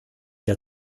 der